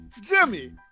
Jimmy